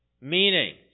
Meaning